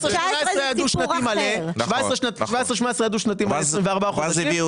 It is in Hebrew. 17'-18' היה דו שנתי מלא, 24 חודשים.